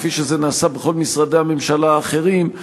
כפי שזה נעשה בכל משרדי הממשלה האחרים,